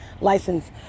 License